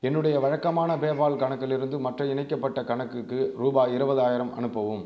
என்னுடைய வழக்கமான பேபால் கணக்கிலிருந்து மற்ற இணைக்கப்பட்ட கணக்குக்கு ரூபாய் இருபதாயிரம் அனுப்பவும்